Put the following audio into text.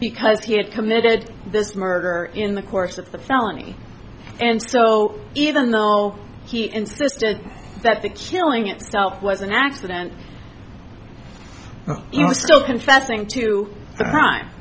because he had committed this murder in the course of the felony and so even though he insisted that the killing itself was an accident still confessing to the crime